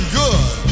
good